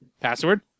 Password